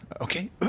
Okay